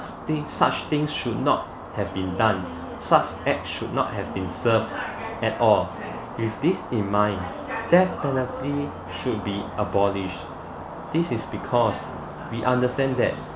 such thing such things should not have been done such act should not have been served at all with this in mind death penalty should be abolished this is because we understand that